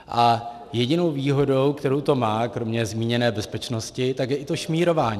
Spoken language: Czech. A jediná výhoda, kterou to má kromě zmíněné bezpečnosti, tak je to šmírování.